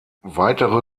weitere